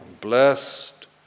Blessed